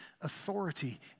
authority